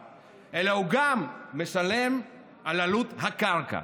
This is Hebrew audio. אלא הוא משלם גם על עלות הקרקע.